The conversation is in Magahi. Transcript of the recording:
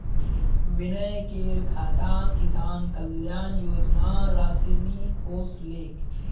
विनयकेर खातात किसान कल्याण योजनार राशि नि ओसलेक